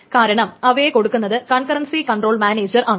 കാരണം അവയെ കൊടുക്കുന്നത് കൺകറൻസി കൺട്റോൾ മാനേജർ ആണ്